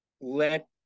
let